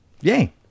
Yay